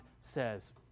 says